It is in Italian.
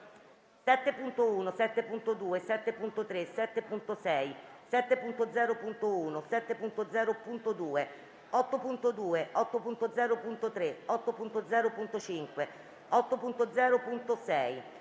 7.1, 7.2, 7.3, 7.6, 7.0.1, 7.0.2, 8.2, 8.0.3, 8.0.5, 8.0.6,